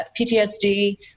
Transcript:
PTSD